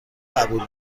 قبول